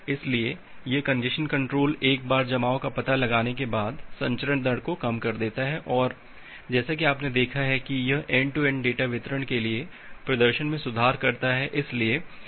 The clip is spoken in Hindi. इसलिए यह कंजेस्शन कंट्रोल एक बार जमाव का पता लगाने के बाद संचरण दर को कम कर देता है और जैसा कि आपने देखा है कि यह एन्ड टू एन्ड डेटा वितरण के लिए प्रदर्शन में सुधार करता है